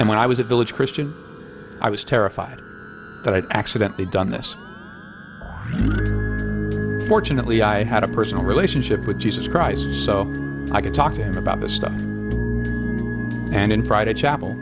and when i was a village christian i was terrified that i'd accidentally done this fortunately i had a personal relationship with jesus christ so i could talk to him about this stuff and in private chapel